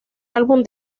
álbum